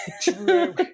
True